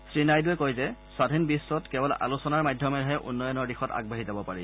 শ্ৰীনাইডুৱে কয় যে স্বাধীন বিশ্বত কেৱল আলোচনাৰ মাধ্যমেৰেহে উন্নয়নৰ দিশত আগবাঢ়ি যাব পাৰি